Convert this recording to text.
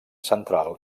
central